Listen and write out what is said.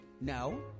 No